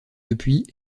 depuis